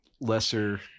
lesser